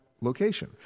location